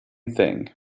thing